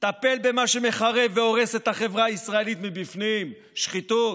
טפל במה שמחרב והורס את החברה הישראלית מבפנים שחיתות.